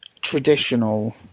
traditional